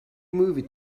movie